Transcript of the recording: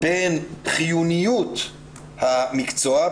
בין חיוניות המקצוע,